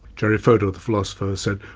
jerry fodor, the philosopher said,